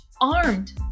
armed